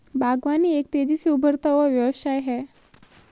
बागवानी एक तेज़ी से उभरता हुआ व्यवसाय है